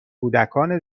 کودکان